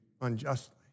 unjustly